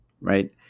right